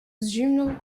zimną